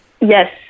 Yes